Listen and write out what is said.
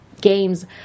games